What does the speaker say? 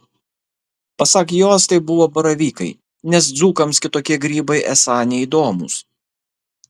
pasak jos tai buvo baravykai nes dzūkams kitokie grybai esą neįdomūs